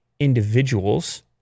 individuals